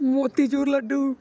ਮੋਤੀ ਚੂਰ ਲੱਡੂ